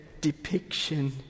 depiction